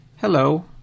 hello